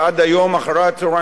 ועד היום אחרי-הצהריים,